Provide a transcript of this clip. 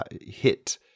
hit